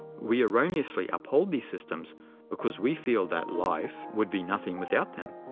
we erroneously uphold these systems because we feel that life would be nothing without them.